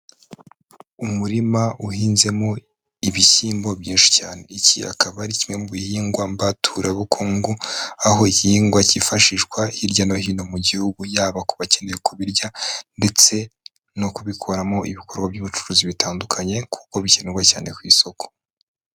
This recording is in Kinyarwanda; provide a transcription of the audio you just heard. Umurima uhinzemo, ibishyimbo byinshi cyane. Iki akaba ari kimwe mu bihingwa mbaturabukungu, aho igihingwa cyifashishwa hirya no hino mu gihugu, yaba ku bakeneye kubirya ndetse no kubikoramo ibikorwa by'ubucuruzi bitandukanye, kuko bikenerwa cyane ku isoko.